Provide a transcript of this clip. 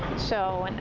so,